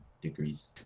degrees